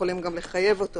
שיכולים גם לחייב אותו